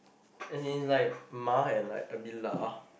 as in is like ma and like a bit la